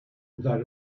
without